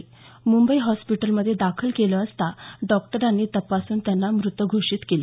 बॉम्बे हॉस्पिटलमध्ये दाखल केलं असता डॉक्टरांनी तपासून त्यांना मृत घोषित केलं